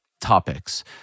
topics